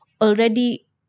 Already